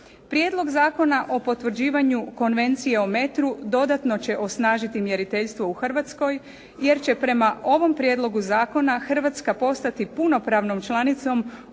Prijedlog zakona o potvrđivanju Konvencije o metru dodatno će osnažiti mjeriteljstvo u Hrvatskoj jer će prema ovom prijedlogu zakona Hrvatska postati punopravnom članicom